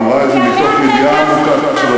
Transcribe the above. אמרה את זה מתוך ידיעה עמוקה של הדברים.